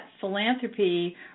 philanthropy